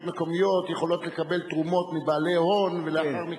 מקומיות יכולות לקבל תרומות מבעלי הון ולאחר מכן,